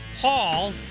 Paul